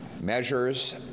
measures